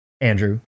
Andrew